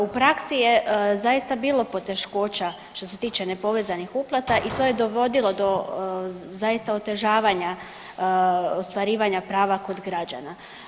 U praksi je zaista bilo poteškoća što se tiče nepovezanih uplata i to je dovodilo do zaista otežavanja ostvarivanja prava kod građana.